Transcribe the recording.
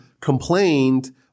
complained